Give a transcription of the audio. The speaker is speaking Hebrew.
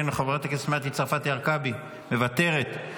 איננו,